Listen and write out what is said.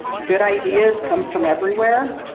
good ideas come from everywhere,